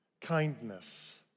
kindness